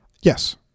Yes